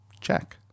check